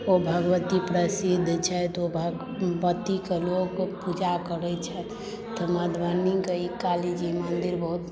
ओ भगवती प्रसिद्ध छथि ओ भगवतीके लोक पूजा करैत छथि तऽ मधुबनीके ई कालीजी मन्दिर बहुत